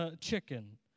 chicken